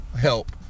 help